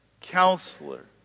Counselor